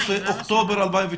החוק.